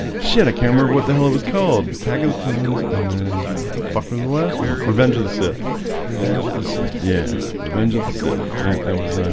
she had a camera what the hell it was called attack of the clones and then what the fuck was the last one revenge of the sith revenge of the sith yeah revenge of the sith and that was